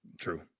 True